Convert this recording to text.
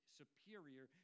superior